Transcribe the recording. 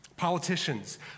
Politicians